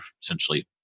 essentially